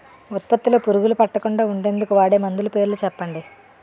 ఉత్పత్తి లొ పురుగులు పట్టకుండా ఉండేందుకు వాడే మందులు పేర్లు చెప్పండీ?